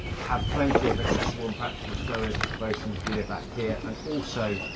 have plenty of accessible and practical storage, bosun's gear back here, and also